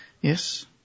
Yes